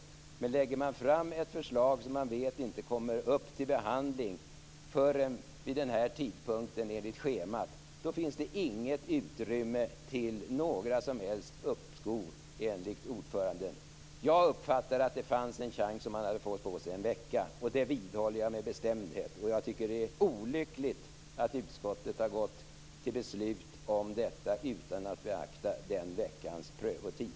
Men om man lägger fram ett förslag som man vet inte kommer upp till behandling enligt schemat förrän vid denna tidpunkt, finns det inget utrymme för några som helst uppskov. Jag uppfattar att det hade funnits en chans om man hade fått en vecka. Jag vidhåller det med bestämdhet. Det är olyckligt att utskottet har gått till beslut om detta utan att beakta en veckas prövotid.